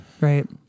right